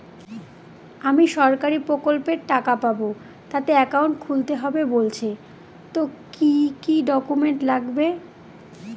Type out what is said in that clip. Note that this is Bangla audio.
আমি সরকারি প্রকল্পের টাকা পাবো তাতে একাউন্ট খুলতে হবে বলছে তো কি কী ডকুমেন্ট লাগবে?